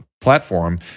platform